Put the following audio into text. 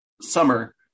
summer